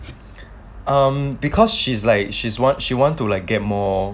um because she's like she's what she want to like get more